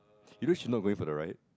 you know she not going for the ride